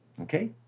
Okay